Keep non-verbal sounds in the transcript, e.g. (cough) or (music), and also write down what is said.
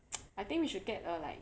(noise) I think we should get a like